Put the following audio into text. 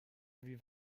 wie